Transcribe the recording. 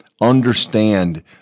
understand